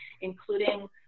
including